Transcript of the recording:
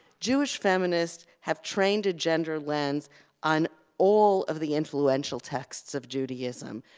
jewish feminists have trained a gendered lens on all of the influential texts of judaism,